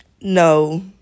no